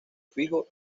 fijo